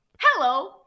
hello